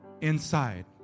inside